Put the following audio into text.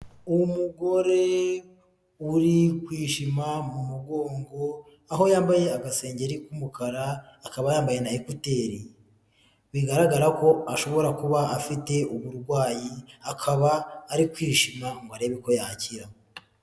Umugore uri kwishima mu mugongo, aho yambaye agasengenri k'umukara, akaba yambaye na ekuteri. Bigaragara ko ashobora kuba afite uburwayi, akaba ari kwishima, ngo arebe uko yakira.